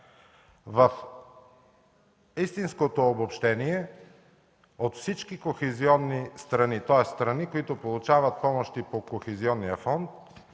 В истинското обобщение от всички кохезионни страни, тоест страни, които получават помощи по Кохезионния фонд,